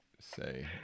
Say